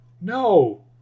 no